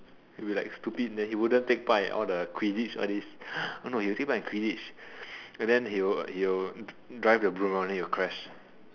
you like stupid that he wouldn't take part in all the quidditch all this oh no he got take part in quidditch but then he will he will drive the broom hor then he will crash